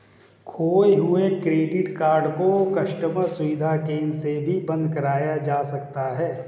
खोये हुए debit card को कस्टम सुविधा केंद्र से भी बंद कराया जा सकता है